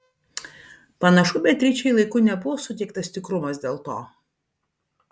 panašu beatričei laiku nebuvo suteiktas tikrumas dėl to